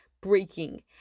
breaking